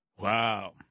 Wow